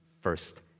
first